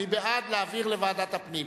מי בעד להעביר לוועדת הפנים